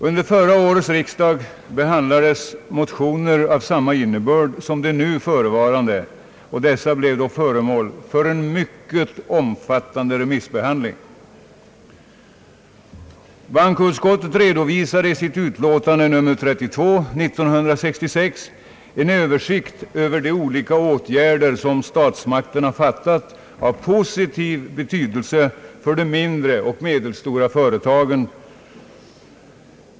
Under förra årets riksdag behandlades motioner av samma innebörd som de nu förevarande och blev då föremål för en mycket omfattande remissbehandling. Bankoutskottet redovisade i sitt utlåtande nr 32 år 1966 en översikt över de olika åtgärder av positiv betydelse för de mindre och medelstora företagen, som statsmakterna beslutat.